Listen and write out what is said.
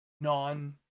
Non